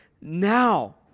now